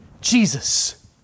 Jesus